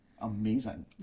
amazing